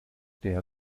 der